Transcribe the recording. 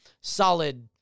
solid